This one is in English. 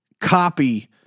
copy